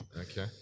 Okay